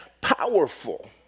powerful